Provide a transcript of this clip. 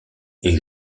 est